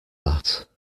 that